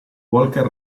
walker